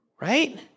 Right